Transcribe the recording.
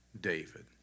David